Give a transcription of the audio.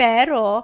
Pero